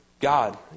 God